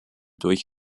durch